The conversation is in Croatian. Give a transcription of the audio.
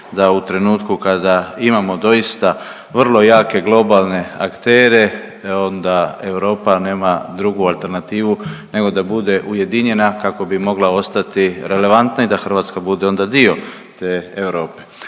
da u trenutku kada imamo doista vrlo jake globalne aktere, onda Europa nema drugu alternativu nego da bude ujedinjena kako bi mogla ostati relevantna i da Hrvatska bude onda dio te Europe,